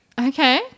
okay